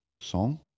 song